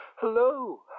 Hello